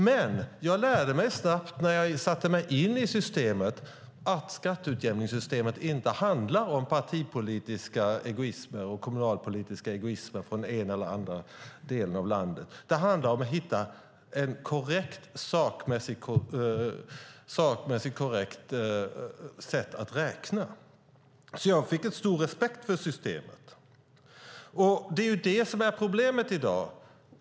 Men när jag satte mig in i systemet lärde jag mig snabbt att skatteutjämningssystemet inte handlar om partipolitisk och kommunalpolitisk egoism från den ena eller andra delen av landet. Det handlar om att hitta ett korrekt, sakmässigt sätt att räkna. Jag fick en stor respekt för systemet. Det är det som är problemet i dag.